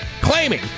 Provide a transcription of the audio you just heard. claiming